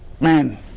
man